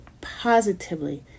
positively